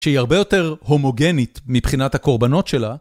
שהיא הרבה יותר הומוגנית מבחינת הקורבנות שלה.